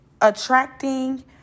Attracting